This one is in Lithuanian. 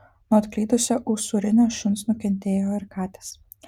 nuo atklydusio usūrinio šuns nukentėjo ir katės